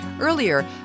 Earlier